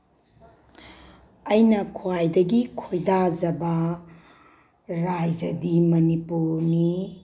ꯑꯩꯅ ꯈ꯭ꯋꯥꯏꯗꯒꯤ ꯈꯣꯏꯗꯥꯖꯕ ꯔꯥꯏꯖꯗꯤ ꯃꯅꯤꯄꯨꯔꯅꯤ